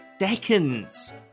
seconds